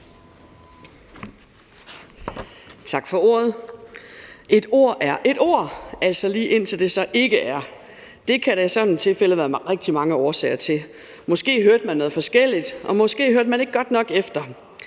Tak for ordet. Et ord er et ord, altså lige indtil det så ikke er det. Det kan der i sådan et tilfælde være rigtig mange årsager til. Måske hørte man noget forskelligt, og måske hørte man ikke godt nok efter.